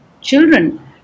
children